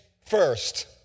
first